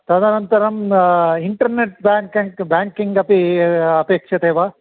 तदनन्तरं इण्टर्नेट् बेङ्कङ्क् बेङ्किङ्ग् अपेक्ष्यते वा